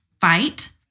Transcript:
fight